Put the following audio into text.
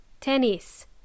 tennis